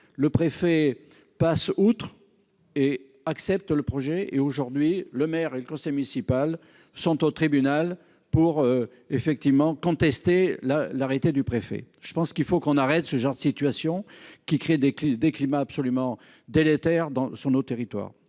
le préfet passe outre et accepte le projet est aujourd'hui le maire et le conseil municipal sont au tribunal pour effectivement la l'arrêté du préfet, je pense qu'il faut qu'on arrête ce genre de situation qui crée des des climats absolument délétère dans sur nos territoires